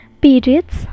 periods